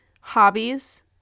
hobbies